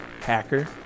Hacker